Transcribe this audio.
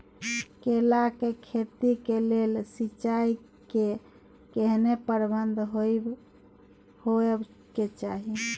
केला के खेती के लेल सिंचाई के केहेन प्रबंध होबय के चाही?